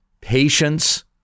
patience